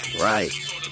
Right